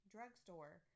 Drugstore